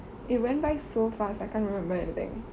it went by so fast I can't remember anything